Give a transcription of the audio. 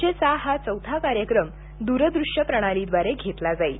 चर्चेचा हा चौथा कार्यक्रम द्रदूश्य प्रणालीद्वारे घेतला जाईल